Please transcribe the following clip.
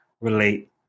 relate